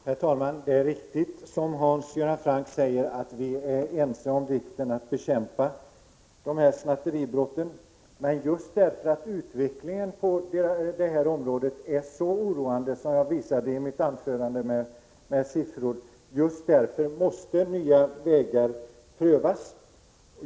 Herr talman! Det är riktigt som Hans Göran Franck säger att vi är ense om vikten av att bekämpa snatteribrotten. Men just för att utvecklingen på det här området är så oroande som jag visade med siffror i mitt anförande måste nya vägar prövas.